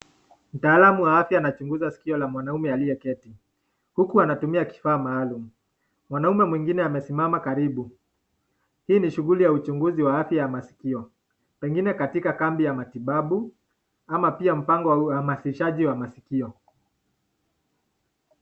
Mtaalamu wa afya anachunguza skio la mwanamume aliye keti. Huku anatumia kifaa maalum. Mwanamume mwingine amesimama karibu. Hii ni shughuli ya uchunguzi wa afya ya maskio. Pengine katika kambi ya matibabu ama pia mpango wa uhamasishaji wa maskio.